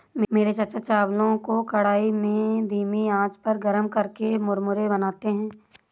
मेरे चाचा चावलों को कढ़ाई में धीमी आंच पर गर्म करके मुरमुरे बनाते हैं